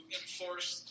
enforce